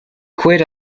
quit